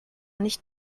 nicht